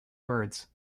words